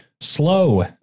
Slow